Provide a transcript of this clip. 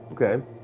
Okay